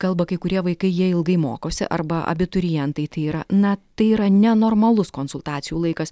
kalba kai kurie vaikai jie ilgai mokosi arba abiturientai tai yra na tai yra nenormalus konsultacijų laikas